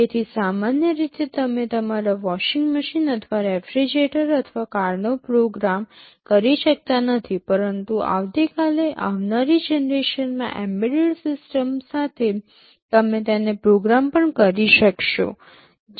તેથી સામાન્ય રીતે તમે તમારા વોશિંગ મશીન અથવા રેફ્રિજરેટર અથવા કારનો પ્રોગ્રામ કરી શકતા નથી પરંતુ આવતી કાલે આવનારી જનરેશનમાં એમ્બેડેડ સિસ્ટમ્સ સાથે તમે તેને પ્રોગ્રામ પણ કરી શકશો